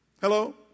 Hello